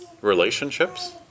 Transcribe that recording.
Relationships